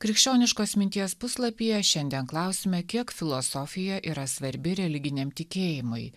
krikščioniškos minties puslapyje šiandien klausime kiek filosofija yra svarbi religiniam tikėjimui